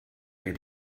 der